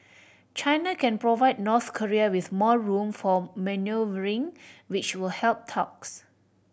China can provide North Korea with more room for manoeuvring which will help talks